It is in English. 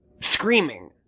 Screaming